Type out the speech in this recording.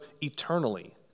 eternally